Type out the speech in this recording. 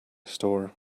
store